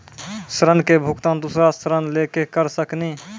ऋण के भुगतान दूसरा ऋण लेके करऽ सकनी?